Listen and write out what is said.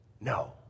No